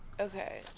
Okay